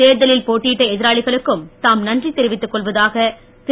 தேர்தலில் போட்டியிட்ட எதிராளிகளுக்கும் தாம் நன்றி தெரிவித்துக் கொள்வதாக திரு